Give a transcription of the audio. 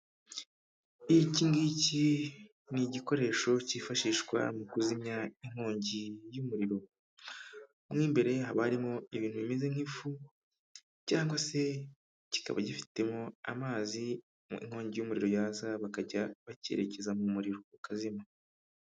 Iki ngiki ni igikoresho cyifashishwa mu kuzimya inkongi y'umuriro, mu imbere haba harimo ibintu bimeze nk'ifu cyangwa se kikaba gifitemo amazi inkongi y'umuriro yaza bakajya bakerekeza mu muriro ukazima.